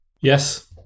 Yes